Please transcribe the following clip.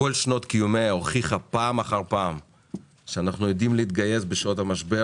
כל שנות קיומה הוכיחה פעם אחר פעם שאנחנו יודעים להתגייס בשעות המשבר